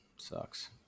Sucks